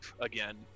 again